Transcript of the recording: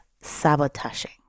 sabotaging